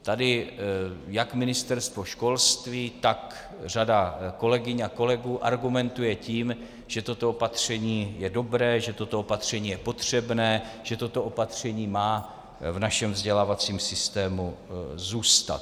Tady jak Ministerstvo školství, tak řada kolegyň a kolegů argumentuje tím, že toto opatření je dobré, že toto opatření je potřebné, že toto opatření má v našem vzdělávacím systému zůstat.